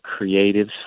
creatives